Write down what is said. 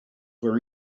were